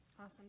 Awesome